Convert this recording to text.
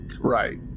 Right